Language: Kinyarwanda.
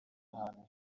ahantu